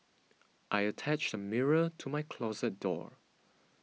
I attached a mirror to my closet door